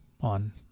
on